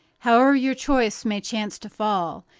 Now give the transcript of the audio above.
howe'er your choice may chance to fall,